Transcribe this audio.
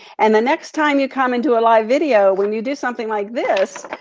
and the next time you come into a live video, when you do something like this,